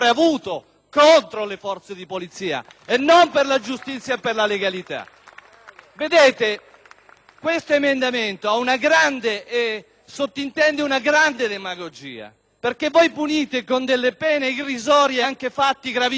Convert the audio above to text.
*(PdL)*. Questo emendamento sottintende una grande demagogia, perché si prevede la punizione con delle pene irrisorie anche fatti gravissimi. Oggi l'abuso contro le persone arrestate, quello che voi chiamate tortura,